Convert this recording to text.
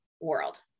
world